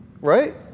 right